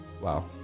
wow